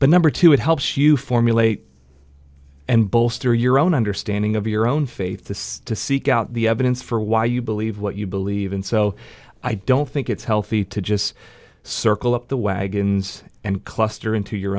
but number two it helps you formulate and bolster your own understanding of your own faith to see to seek out the evidence for why you believe what you believe in so i don't think it's healthy to just circle up the wagons and cluster into your